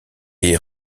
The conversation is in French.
est